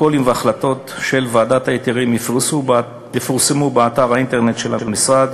פרוטוקולים והחלטות של ועדת ההיתרים יפורסמו באתר האינטרנט של המשרד.